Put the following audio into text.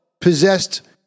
possessed